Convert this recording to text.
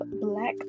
Black